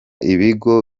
ibigo